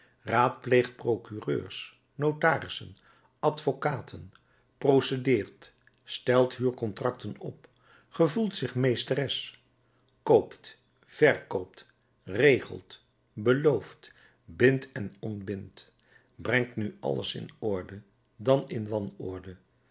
raadpleegt procureurs notarissen advocaten procedeert stelt huurcontracten op gevoelt zich meesteres koopt verkoopt regelt belooft bindt en ontbindt brengt nu alles in orde dan in